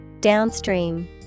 Downstream